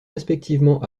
respectivement